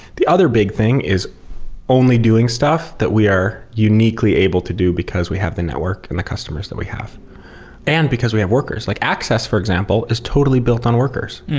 the other big thing is only doing stuff that we are uniquely able to do because we have the network and the customers that we have and because we have workers. like access, for example, is totally built on workers,